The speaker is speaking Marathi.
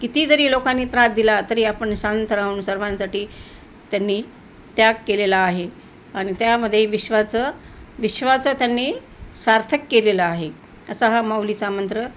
किती जरी लोकांनी त्रास दिला तरी आपण शांत राहून सर्वांसाठी त्यांनी त्याग केलेला आहे आणि त्यामध्ये विश्वाचं विश्वाचं त्यांनी सार्थक केलेलं आहे असा हा माऊलीचा मंत्र